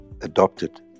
adopted